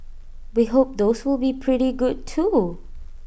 we hope those will be pretty good too